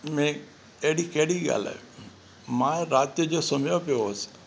में अहिड़ी कहिड़ी ॻाल्हि आहे मां रात जो सुम्हियो पियो हुयुसि